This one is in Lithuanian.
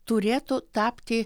turėtų tapti